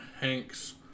hanks